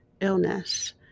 illness